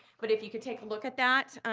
but if you could take a look at that,